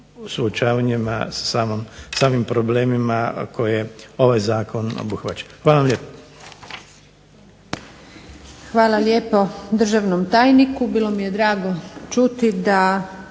suočavanjima sa samim problemima koje ovaj zakon obuhvaća. Hvala vam lijepo.